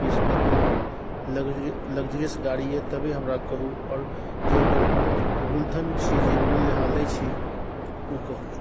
आओर अहाँके गाड़ी केहन अछि लक्जीरियस अइ या फेर सिम्पलवला अइ कभी सिम्पलवला हम अहाँके नहि कहब जे लक्जीरियस अइ कियाकि हमर माता पिता ओतऽसँ एतऽ आएत तऽ हम चाहै नहि छी जे हुनका कोइ दिक्कत हुअए रस्तामे